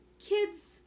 kids